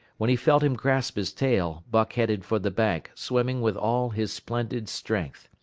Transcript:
when he felt him grasp his tail, buck headed for the bank, swimming with all his splendid strength.